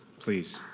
please.